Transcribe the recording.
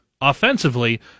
offensively